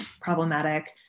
problematic